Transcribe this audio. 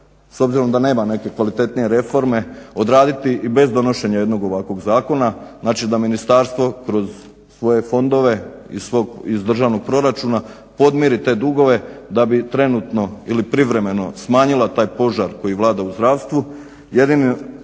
s obzirom da nema neke kvalitetnije reforme odraditi i bez donošenja ovakvog zakona, dakle da ministarstvo kroz svoje fondove iz državnog proračuna podmiri te dugove da bi trenutno ili privremeno smanjila taj požar koji vlada u zdravstvu.